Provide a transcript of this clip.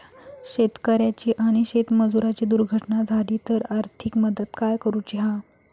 शेतकऱ्याची आणि शेतमजुराची दुर्घटना झाली तर आर्थिक मदत काय करूची हा?